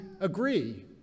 agree